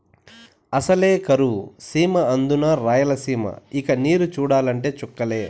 అసలే కరువు సీమ అందునా రాయలసీమ ఇక నీరు చూడాలంటే చుక్కలే